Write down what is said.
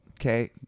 okay